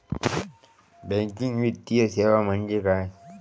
Banking वित्तीय सेवा म्हणजे काय?